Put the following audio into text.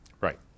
Right